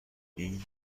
این